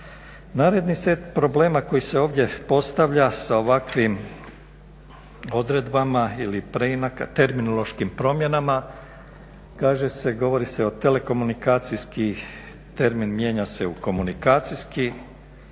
Naredni set problema koji se ovdje postavlja sa ovakvim odredbama ili preinakama, terminološkim promjenama, kaže se, govori se o telekomunikacijski termin mijenja se u komunikacijski,